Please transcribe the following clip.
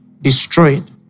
destroyed